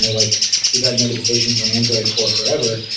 like we've had notifications on android for forever,